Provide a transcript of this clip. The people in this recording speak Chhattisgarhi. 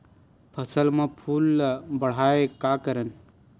फसल म फूल ल बढ़ाय का करन?